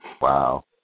Wow